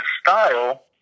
style